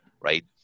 Right